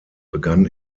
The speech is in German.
begann